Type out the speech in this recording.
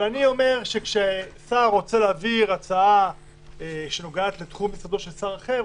ואני אומר שכאשר שר רוצה להעביר הצעה שנוגעת לתחום משרדו של שר אחר,